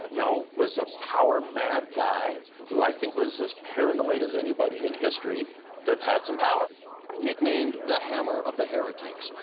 you know, was a power mad guy, who, i think, was as paranoid as anybody in history that had some power. narrator nicknamed the hammer of the heretics,